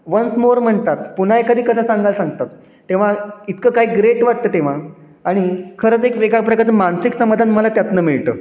once more म्हणतात पुन्हा एखादी कथा सांगायल सांगतात तेव्हा इतकं काही ग्रेट वाटतं तेव्हा आणि खरंच एक वेगळ्या प्रकारचं मानसिक समाधान मला त्यातनं मिळतं